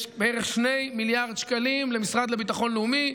יש בערך 2 מיליארד שקלים למשרד לביטחון לאומי,